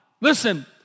listen